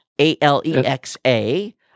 A-L-E-X-A